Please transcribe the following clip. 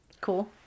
Cool